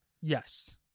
yes